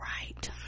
Right